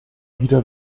wieder